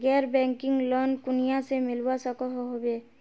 गैर banking loan कुनियाँ से मिलवा सकोहो होबे?